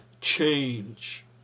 change